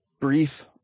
brief